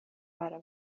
برا